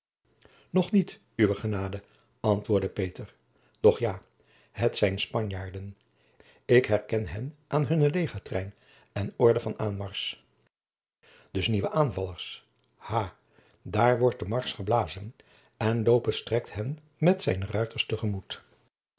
nog niet uwe genade antwoordde peter doch ja het zijn spanjaarden ik herken hen aan hunnen legertrein en orde van aanmarsch dus nieuwe aanvallers ha daar wordt de marsch geblazen en lopez trekt hen met zijne ruiters